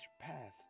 path